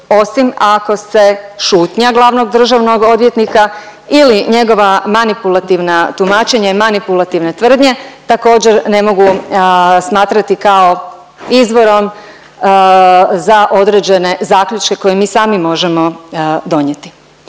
osim ako se šutnja glavnog državnog odvjetnika ili njegova manipulativna tumačenja i manipulativne tvrdnje također ne mogu smatrati kao izvorom za određene zaključke koje mi sami možemo donijeti.